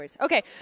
Okay